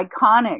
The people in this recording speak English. iconic